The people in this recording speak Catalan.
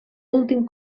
últim